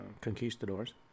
conquistadors